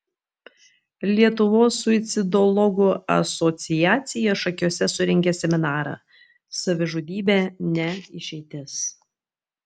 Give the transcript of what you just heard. lietuvos suicidologų asociacija šakiuose surengė seminarą savižudybė ne išeitis